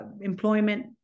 employment